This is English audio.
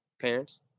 Parents